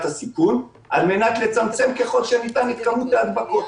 הסיכון על מנת לצמצם ככל הניתן את כמות ההדבקות.